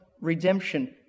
Redemption